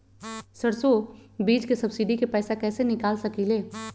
सरसों बीज के सब्सिडी के पैसा कईसे निकाल सकीले?